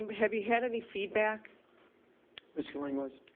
and have you had any feedback mr growling noise?